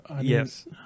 Yes